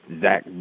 Zach